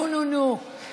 נו, נו, נו.